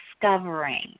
discovering